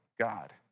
God